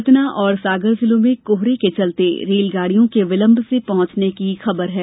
सतना और सागर जिलों में कोहरे के चलते रेलगाड़ियों के विलंब से पहुंचने की खबर है